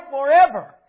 forever